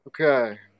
Okay